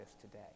today